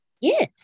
Yes